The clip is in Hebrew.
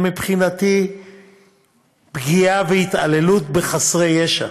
הם מבחינתי פגיעה והתעללות בחסרי ישע,